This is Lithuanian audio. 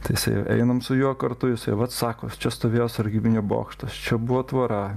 tai jisai einam su juo kartu jisai vat sako čia stovėjo sargybinio bokštas čia buvo tvora